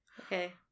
Okay